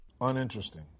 Uninteresting